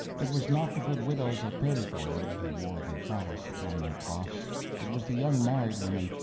it was not the good widows of perigord who wore the phallus upon their coifs it was the young married women,